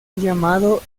llamado